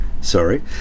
Sorry